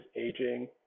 aging